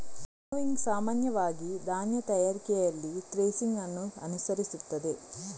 winnowing ಸಾಮಾನ್ಯವಾಗಿ ಧಾನ್ಯ ತಯಾರಿಕೆಯಲ್ಲಿ ಥ್ರೆಸಿಂಗ್ ಅನ್ನು ಅನುಸರಿಸುತ್ತದೆ